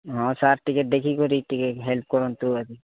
ହଁ ସାର୍ ଟିକେ ଦେଖିକରି ଟିକେ ହେଲ୍ପ କରନ୍ତୁ ଆରି